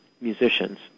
musicians